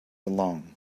along